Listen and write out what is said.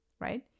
right